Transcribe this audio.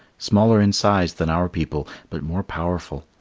smaller in size than our people but more powerful.